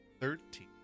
thirteen